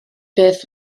beth